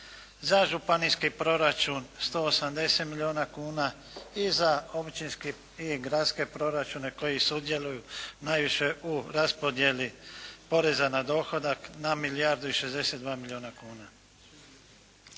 za županijski proračun 180 milijuna kuna i za općinske i gradske proračune koji sudjeluju najviše u raspodjeli poreza na dohodak na milijardu i 62 milijuna kuna.